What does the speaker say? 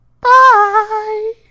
Bye